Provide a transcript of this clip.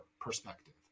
perspective